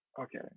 Okay